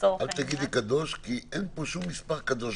אל תגידי קדוש כי אין פה שום מספר קדוש.